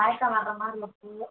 மயக்கம் வரமாதிரி இருக்குது